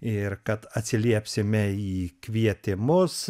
ir kad atsiliepsime į kvietimus